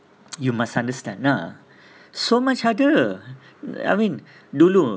you must understand ah so much harder I mean dulu